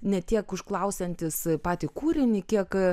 ne tiek užklausiantis patį kūrinį kiek